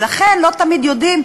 ולכן לא תמיד יודעים,